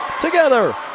together